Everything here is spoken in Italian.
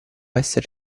essere